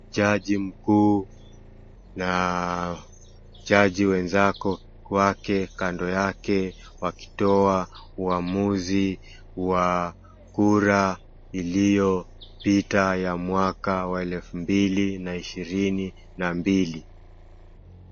Jaji mkuu na jaji wenzako wake kando yake wakitoa uamuzi wa kura iliyopita ya mwaka wa elfu mbili na ishirini na mbili.